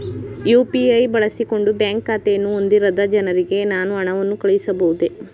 UPI ಬಳಸಿಕೊಂಡು bank ಖಾತೆಯನ್ನು ಹೊಂದಿರದ ಜನರಿಗೆ ನಾನು ಹಣವನ್ನು ಕಳುಹಿಸಬಹುದೇ?